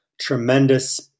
tremendous